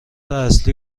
اصلی